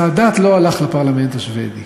סאדאת לא הלך לפרלמנט השבדי.